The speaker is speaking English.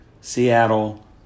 Seattle